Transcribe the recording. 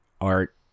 art